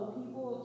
people